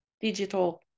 digital